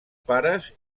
pares